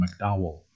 McDowell